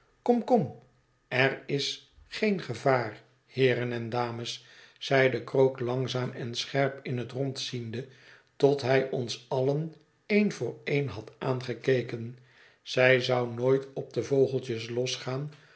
kom kom er is geea gevaar heeren en dames zeide krook langzaam en scherp in het rond ziende tot hij ons allen een voor een had aangekeken zij zou nooit op de vogeltjes losgaan